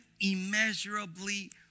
immeasurably